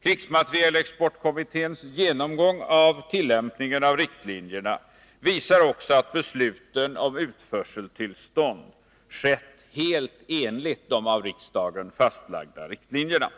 Krigsmaterielexportkommitténs genomgång av tillämpningen av riktlinjerna visar också att besluten om utförseltillstånd fattats helt enligt de av riksdagen fastlagda riktlinjerna.